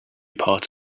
part